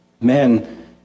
men